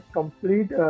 complete